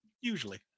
Usually